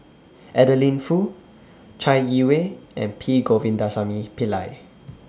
Adeline Foo Chai Yee Wei and P Govindasamy Pillai